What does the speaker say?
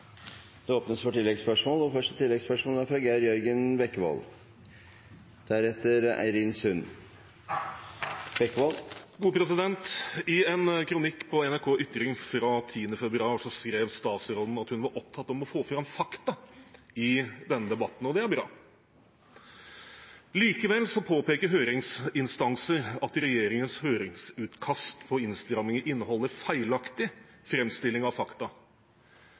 Geir Jørgen Bekkevold. I en kronikk på NRK Ytring fra 10. februar skrev statsråden at hun var «opptatt av å få frem fakta i debatten». Det er bra. Likevel påpeker høringsinstanser at regjeringens høringsutkast om innstramminger inneholder feilaktig framstilling av fakta,